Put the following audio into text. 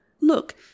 Look